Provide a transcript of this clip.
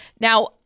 Now